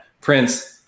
prince